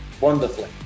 wonderfully